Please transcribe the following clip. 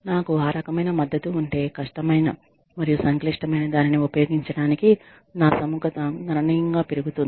నాకు ఆ రకమైన మద్దతు ఉంటే కష్టమైన మరియు సంక్లిష్టమైన దానిని ఉపయోగించడానికి నా సుముఖత గణనీయంగా పెరుగుతుంది